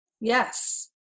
Yes